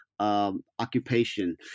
Occupation